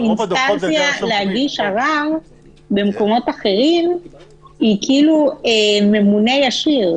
האינסטנציה להגיש ערר במקומות אחרים היא כאילו ממונה ישיר.